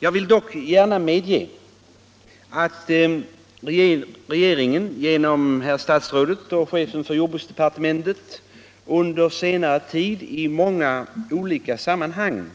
Jag vill dock gärna medge att regeringen genom herr statsrådet och chefen för jordbruksdepartementet under senare tid i många olika sammanhang